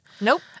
Nope